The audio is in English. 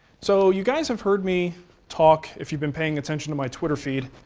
so you guys have heard me talk, if you've been paying attention to my twitter feed,